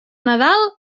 nadal